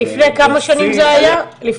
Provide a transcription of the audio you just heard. לפני כמה שנים זה היה?